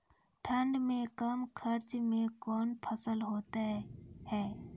ठंड मे कम खर्च मे कौन फसल होते हैं?